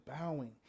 bowing